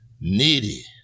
needy